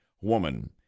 woman